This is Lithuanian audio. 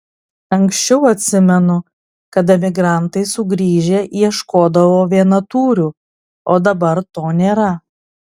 anksčiau atsimenu kad emigrantai sugrįžę ieškodavo vienatūrių o dabar to nėra